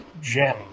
gem